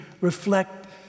reflect